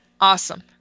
Awesome